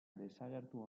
desagertu